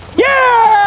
yeah!